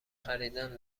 خریدن